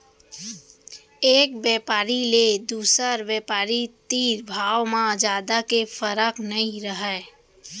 एक बेपारी ले दुसर बेपारी तीर भाव म जादा के फरक नइ रहय